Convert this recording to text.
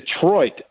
Detroit